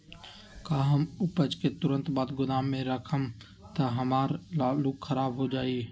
का हम उपज के तुरंत बाद गोदाम में रखम त हमार आलू खराब हो जाइ?